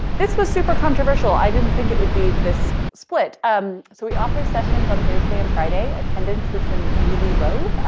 this was super controversial. i didn't think it would be this split. um, so we offer sessions on thursday and friday. attendance has been really low.